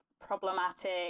problematic